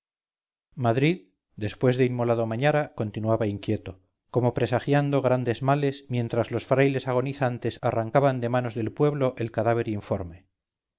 madrid después de inmolado mañara continuaba inquieto como presagiando grandes males mientras los frailes agonizantes arrancaban de manos del pueblo el cadáver informe